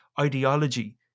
ideology